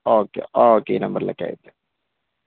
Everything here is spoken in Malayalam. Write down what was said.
ഓക്കേ ഓക്കേ ഈ നമ്പറിലേക്ക് അയക്കാം